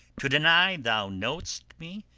to deny thou knowest me!